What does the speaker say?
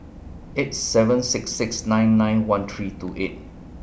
eight seven six six nine nine one three two eight